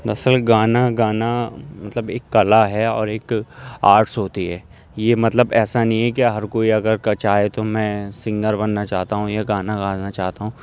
نسل گانا گانا مطلب ایک کلا ہے اور ایک آرٹس ہوتی ہے یہ مطلب ایسا نہیں ہے کہ ہر کوئی اگر کا چاہے تو میں سنگر بننا چاہتا ہوں یا گانا گانا چاہتا ہوں